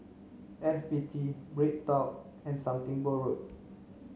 F B T BreadTalk and Something Borrowed